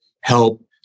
help